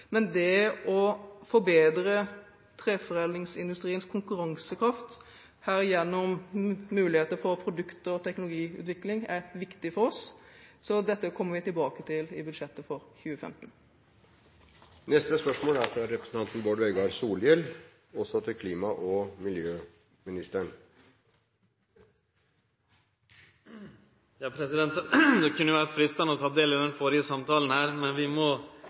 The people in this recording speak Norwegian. Men det å forbedre treforedlingsindustriens konkurransekraft, herigjennom muligheter for produkter og teknologiutvikling, er viktig for oss, så dette kommer vi tilbake til i budsjettet for 2015. Det kunne ha vore freistande å ta del i den førre samtalen her, men vi må vidare til eit anna viktig tema. «I fjor ble 1 004 neshorn og titusenvis av